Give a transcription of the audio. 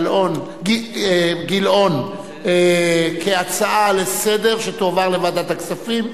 גילאון כהצעה לסדר-היום שתועבר לוועדת הכספים.